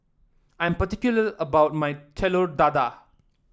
I am particular about my Telur Dadah